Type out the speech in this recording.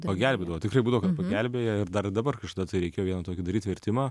pagelbėdavo tikrai būdavo pagelbėja ir dar ir dabar tai reikia vieną tokį daryt vertimą